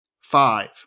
five